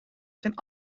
zijn